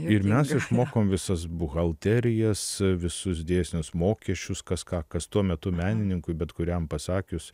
ir mes išmokom visas buhalterijas visus dėsnius mokesčius kas ką kas tuo metu menininkui bet kuriam pasakius